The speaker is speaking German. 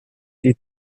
die